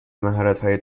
مهارتهای